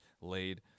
laid